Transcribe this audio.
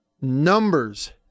numbers